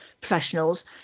professionals